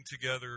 together